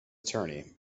attorney